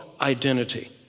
identity